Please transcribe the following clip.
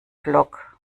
block